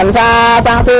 um baa